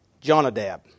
Jonadab